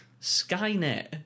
Skynet